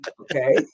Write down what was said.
okay